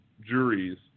juries